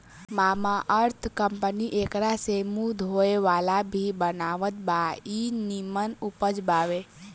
Mamaearth company एकरा से मुंह धोए वाला भी बनावत बा इ निमन उपज बावे